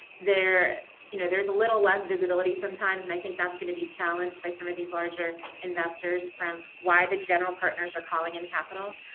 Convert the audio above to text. you know there's a little less visibility sometimes. and i think that's going to be challenged by some of these larger investors from why the general partners are calling in capital.